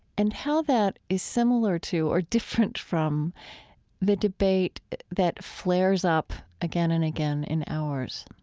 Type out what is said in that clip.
and how that is similar to or different from the debate that flares up again and again in ours.